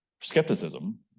skepticism